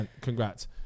congrats